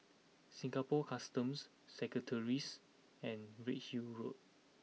Singapore Customs Secretaries and Redhill Road